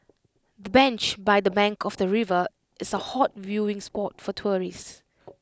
the bench by the bank of the river is A hot viewing spot for tourists